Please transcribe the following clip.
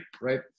right